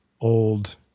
old